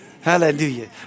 Hallelujah